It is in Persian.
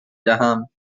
دهم